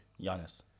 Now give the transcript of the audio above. Giannis